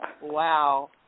wow